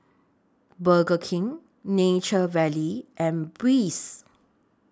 Burger King Nature Valley and Breezer